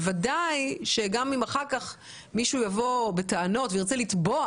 בוודאי שגם אם אחר כך מישהו יבוא בטענות וירצה לתבוע